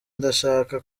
ndashaka